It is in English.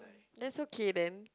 that's okay then